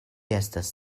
estas